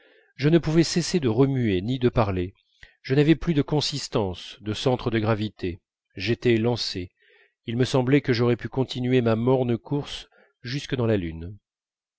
je ne pouvais cesser de remuer ni de parler je n'avais plus de consistance de centre de gravité j'étais lancé il me semblait que j'aurais pu continuer ma morne course jusque dans la lune